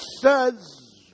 says